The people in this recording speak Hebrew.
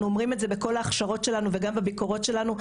אנחנו אומרים את זה בכל ההכשרות שלנו וגם בביקורות שלנו,